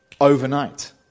overnight